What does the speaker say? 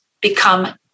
become